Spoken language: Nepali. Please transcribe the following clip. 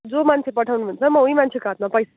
जो मान्छे पठाउनुहुन्छ म उहीँ मान्छेको हातमा पै